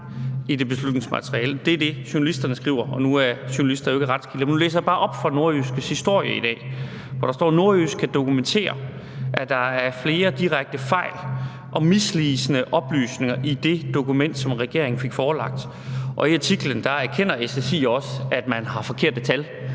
i det beslutningsmateriale. Det er det, journalisterne skriver, og nu er journalister jo ikke retskilder, men jeg vil bare læse op fra NORDJYSKEs historie i dag, hvor der står: »NORDJYSKE kan dokumentere, at der er flere direkte fejl og misvisende oplysninger i det dokument, regeringen fik forelagt.« I artiklen erkender SSI også, at man har forkerte tal,